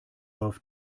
auf